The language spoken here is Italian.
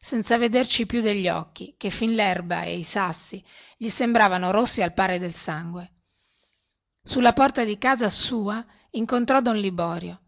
senza vederci più degli occhi che fin lerba e i sassi gli sembravano rossi al pari del sangue sulla porta di casa sua incontrò don liborio